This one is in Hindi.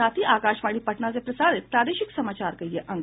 इसके साथ ही आकाशवाणी पटना से प्रसारित प्रादेशिक समाचार का ये अंक समाप्त हुआ